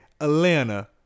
Atlanta